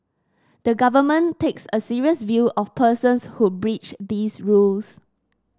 the Government takes a serious view of persons who breach these rules